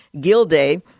Gilday